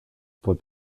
but